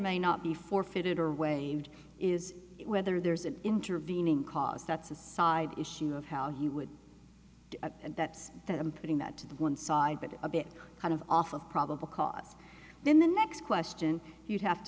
may not be forfeited or way is whether there's an intervening cause that's a side issue of how he would and that's that i'm putting that to the one side but a bit kind of off of probable cause then the next question you have to